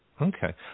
Okay